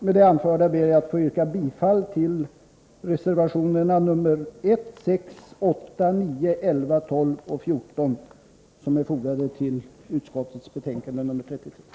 Med det anförda ber jag att få yrka bifall till reservationerna nr 1,6,8,9, 11, 12 och 14, som är fogade till bostadsutskottets betänkande nr 33: